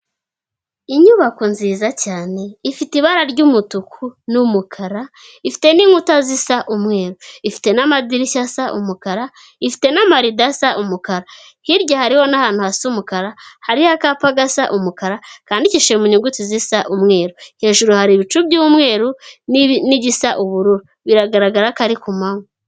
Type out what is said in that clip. Inyubako nziza cyane ifite ibara ry'umutuku n'umukara, ifite n'inkuta zisa umweru, ifite n'amadirishya asa umukara, ifite n'amarido asa umukara, hirya hariho n'ahantu hasa umukara, hariho akapa gasa umukara kandidikishije mu nyuguti zisa umweru, hejuru hari ibicu by'umweru n'igisa ubururu biragaragara ko ari ku manywa.